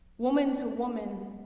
woman to woman,